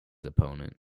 opponent